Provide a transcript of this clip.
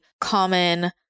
common